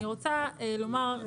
ככל שמדינה רוצה להחמיר על הסטנדרט הזה,